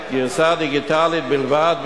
גרסה דיגיטלית בלבד,